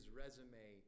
resume